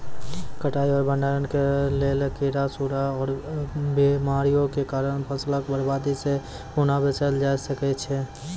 कटाई आर भंडारण के लेल कीड़ा, सूड़ा आर बीमारियों के कारण फसलक बर्बादी सॅ कूना बचेल जाय सकै ये?